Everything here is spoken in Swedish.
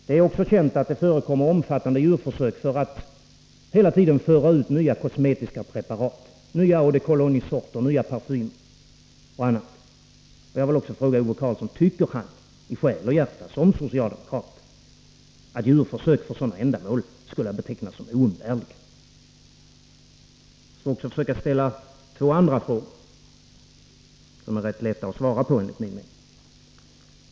Det är också känt att det förekommer omfattande djurförsök för att hela tiden föra ut nya kosmetiska preparat — nya eau-de-colognesorter, nya parfymer och annat. Jag vill fråga Ove Karlsson om han som socialdemokrat i själ och hjärta anser att djurförsök för sådana ändamål skall betecknas som oumbärliga? Jag skall också försöka ställa två andra frågor, som det enligt min uppfattning är lätt att svara på.